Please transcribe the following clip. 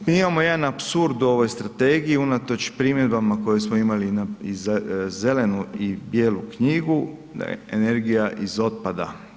Mi imamo jedan apsurd u ovoj strategiji, unatoč primjedbama koje smo imali i za Zelenu i Bijelu knjigu, energija iz otpada.